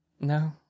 No